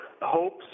hopes